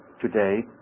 today